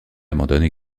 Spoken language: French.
abandonne